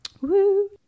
Woo